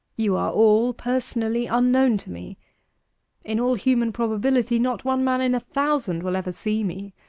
you are all personally unknown to me in all human probability not one man in a thousand will ever see me.